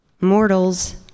mortals